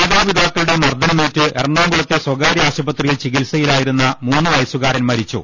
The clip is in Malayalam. മാതാപിതാക്കളുടെ മർദ്ദനമേറ്റ് എറണാകുളത്തെ സ്ഥകാരൃ ആശുപത്രിയിൽ ചികിത്സയിലായിരുന്ന മൂന്നു വയസ്സുകാരൻ മരി ച്ചു